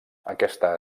aquesta